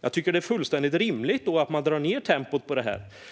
Jag tycker att det är fullständigt rimligt att man då drar ned tempot i detta.